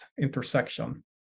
intersection